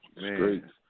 Man